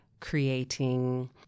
creating